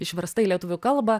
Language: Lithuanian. išversta į lietuvių kalbą